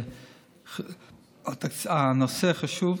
הנושא חשוב.